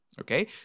Okay